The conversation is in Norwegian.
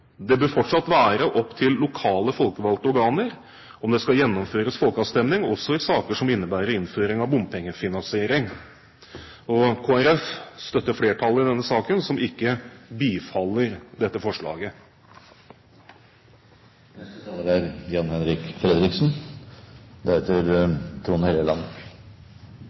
Det bør fortsatt være opp til lokale folkevalgte organer om det skal gjennomføres folkeavstemning, også i saker som innebærer innføring av bompengefinansiering. Kristelig Folkeparti støtter flertallet i denne saken, som ikke bifaller dette forslaget. Det kommer vel ikke som noen overraskelse på noen at både Arbeiderpartiet og Høyre som sådanne er